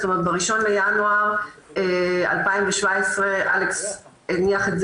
זאת אומרת ב-1 בינואר 2017 אלכס הניח את זה